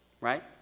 Right